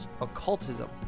Occultism